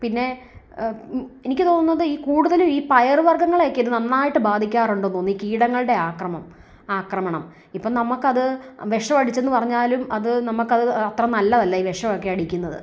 പിന്നെ എനിക്കു തോന്നുന്നത് ഈ കൂടുതലും ഈ പയറുവർഗങ്ങളെയൊക്കെയാണ് ഇത് നന്നായിട്ട് ബാധിക്കാറുണ്ടെന്ന് തോന്നുന്നു ഈ കീടങ്ങളുടെ ആക്രമം ആക്രമണം ഇപ്പം നമുക്കത് വിഷം അടിച്ചെന്ന് പറഞ്ഞാലും അത് നമുക്കത് അത്ര നല്ലതല്ല ഈ വിഷം ഒക്കെ അടിക്കുന്നത്